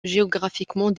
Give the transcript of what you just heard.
géographiquement